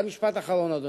ומשפט אחרון, אדוני.